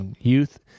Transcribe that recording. Youth